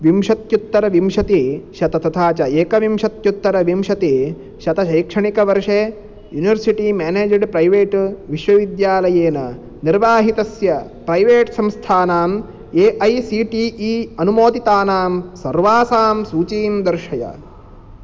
विंशत्युत्तर विंशति शत तथा च एकविंशत्युत्तर विंशति शत शैक्षणिकवर्षे युनिवर्सिटि मेनेजमेण्ट् प्रैवेट् विश्वविद्यालयेन निर्वाहितस्य प्रैवेट् संस्थानां A I C T E अनुमोदितानां सर्वासां सूचीं दर्शय